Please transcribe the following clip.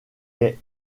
est